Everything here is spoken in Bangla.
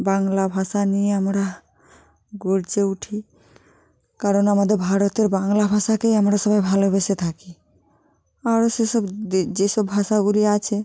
বাংলা ভাষা নিয়ে আমরা গর্জে উঠি কারণ আমাদের ভারতের বাংলা ভাষাকেই আমরা সবাই ভালোবেসে থাকি আরও সেসব যেসব ভাষাগুলি আছে